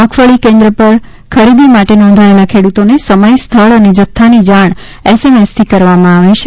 મગફળી કેન્દ્ર પર ખરીદી માટે નોંધાયેલા ખેડૂતોને સમય સ્થળ અને જથ્થાની જાણ એસએમએસથી કરવામાં આવશે